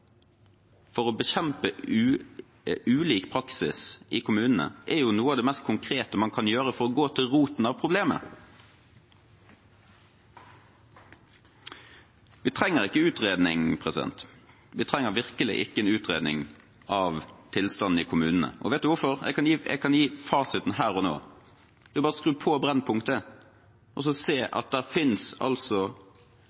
for å bekjempe ulik praksis i kommunene, er noe av det mest konkrete man kan gjøre for å gå til roten av problemet. Vi trenger ikke en utredning – vi trenger virkelig ikke en utredning av tilstanden i kommunene. Og vet dere hvorfor? Jeg kan gi fasiten her og nå. Det er bare å skru på Brennpunkt og se